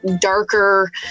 darker